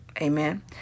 Amen